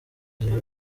gihe